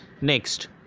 Next